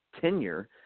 tenure